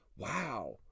wow